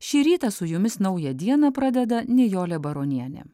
šį rytą su jumis naują dieną pradeda nijolė baronienė